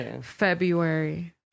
February